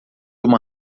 uma